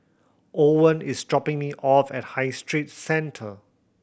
Owen is dropping me off at High Street Centre